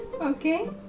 Okay